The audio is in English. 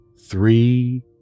three